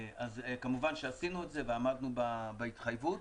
אז כמובן שעשינו את זה ועמדנו בהתחייבות.